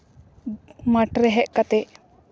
ᱢᱟᱴᱷ ᱨᱮ ᱦᱮᱡ ᱠᱟᱛᱮ